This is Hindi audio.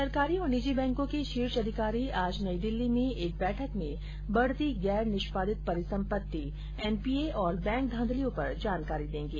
सरकारी और निजी बैंकों के शीर्ष अधिकारी आज नई दिल्ली में एक बैठक में बढ़ती गैर निष्पादित परिसम्पत्ति एनपीए और बैंक धांधलियों पर जानकारी देंगे